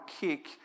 kick